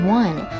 one